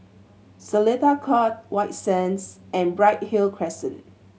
Seletar Court White Sands and Bright Hill Crescent